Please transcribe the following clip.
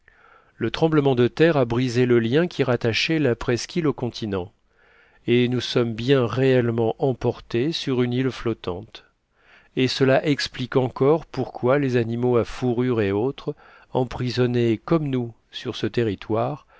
le tremblement de terre a brisé le lien qui rattachait la presqu'île au continent et nous sommes bien réellement emportés sur une île flottante et cela explique encore pourquoi les animaux à fourrures et autres emprisonnés comme nous sur ce territoire